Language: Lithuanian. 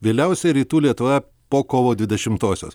vėliausiai rytų lietuvoje po kovo dvidešimtosios